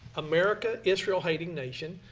america, israel hating nation.